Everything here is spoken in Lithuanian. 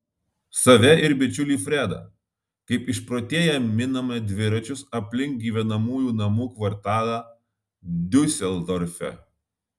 save ir bičiulį fredą kaip išprotėję miname dviračius aplink gyvenamųjų namų kvartalą diuseldorfe